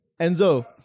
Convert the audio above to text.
Enzo